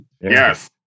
Yes